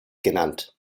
genannt